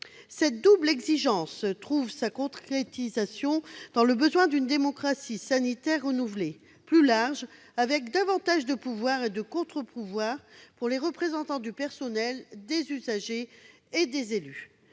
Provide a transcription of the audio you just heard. Cette double exigence trouve sa concrétisation dans le besoin d'une démocratie sanitaire renouvelée, plus large, avec davantage de pouvoirs et de contre-pouvoirs pour les représentants du personnel, les usagers et les élus.